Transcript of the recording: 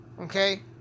Okay